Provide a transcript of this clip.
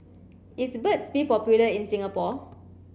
is Burt's bee popular in Singapore